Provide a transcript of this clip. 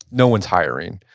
no one's hiring.